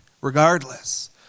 regardless